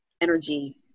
energy